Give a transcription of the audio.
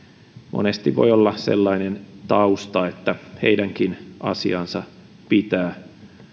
monesti voi olla sellainen tausta että heidänkin asiaansa pitää